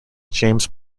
james